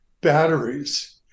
batteries